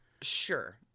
sure